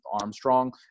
Armstrong